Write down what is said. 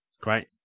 great